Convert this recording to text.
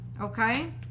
Okay